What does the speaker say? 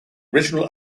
original